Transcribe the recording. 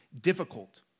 difficult